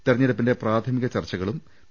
തിരഞ്ഞെടുപ്പിന്റെ പ്രാഥമിക ചർച്ചകളും പി